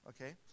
Okay